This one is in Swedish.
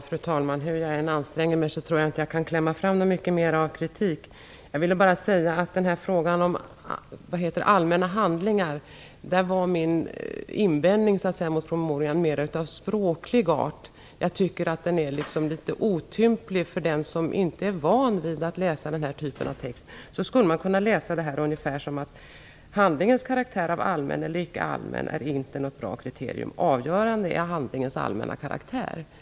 Fru talman! Hur jag än anstränger mig kan jag inte klämma fram mycket mera av kritik. Jag ville bara säga att i frågan om allmänna handlingar var min invändning mer av språklig art. Jag tycker att det är litet otydligt för den som inte är van vid att läsa den här typen av text. Man skulle kunna läsa det här ungefär som att handlingens karaktär av allmän eller icke allmän är inte något bra kriterium. Avgörande är handlingens allmänna karaktär.